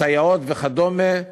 לסייעות וכדומה,